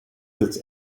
its